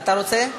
אתה רוצה?